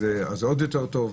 אז זה עוד יותר טוב.